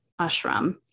ashram